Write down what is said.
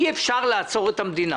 אי אפשר לעצור את המדינה.